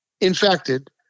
infected